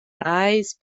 eis